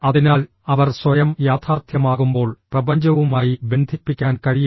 അതിനാൽ അവർ സ്വയം യാഥാർത്ഥ്യമാകുമ്പോൾ പ്രപഞ്ചവുമായി ബന്ധിപ്പിക്കാൻ കഴിയും